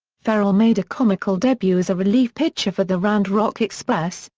ferrell made a comical debut as a relief pitcher for the round rock express,